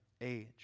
age